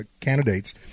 candidates